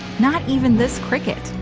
not even this cricket,